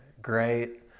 great